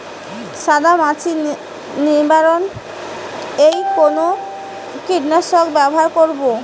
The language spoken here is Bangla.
সাদা মাছি নিবারণ এ কোন কীটনাশক ব্যবহার করব?